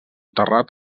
terrat